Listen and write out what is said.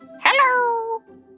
Hello